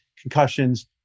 concussions